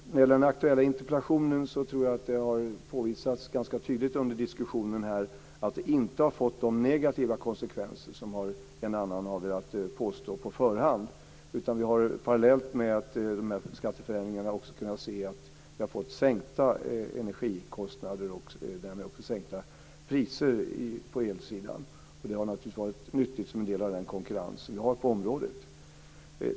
När det gäller den aktuella interpellationen tror jag att det har påvisats ganska tydligt under diskussionen här att skatteförändringarna inte har gett de negativa konsekvenser som en och annan av er har påstått på förhand, utan vi har parallellt med skatteförändringarna också kunnat se att vi har fått sänkta energikostnader och därmed sänkta priser på elsidan. Det har naturligtvis varit nyttigt som en del i den konkurrens som vi har på området.